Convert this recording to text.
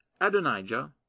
Adonijah